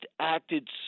acted